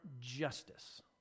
justice